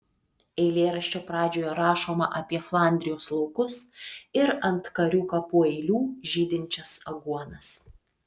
eilėraščio pradžioje rašoma apie flandrijos laukus ir ant karių kapų eilių žydinčias aguonas